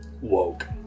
woke